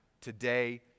today